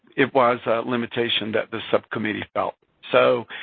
it was a limitation that the subcommittee felt. so,